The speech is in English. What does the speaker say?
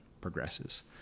progresses